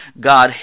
God